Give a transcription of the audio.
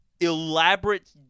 elaborate